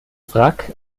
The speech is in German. wrack